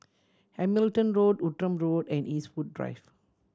Hamilton Road Outram Road and Eastwood Drive